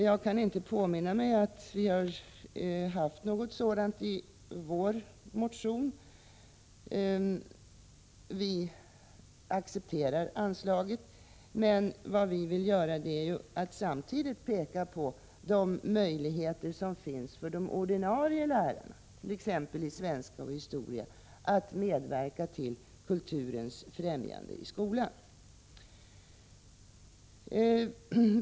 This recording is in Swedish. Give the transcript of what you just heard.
Jag kan inte påminna mig att vår motion innehåller någonting sådant. Vi accepterar anslaget, men vi har samtidigt velat visa på de möjligheter som finns för de ordinarie lärarna, t.ex. i svenska och historia, att medverka till kulturens främjande i skolan.